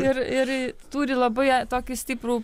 ir ir turi labai tokį stiprų